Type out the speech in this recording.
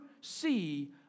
see